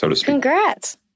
Congrats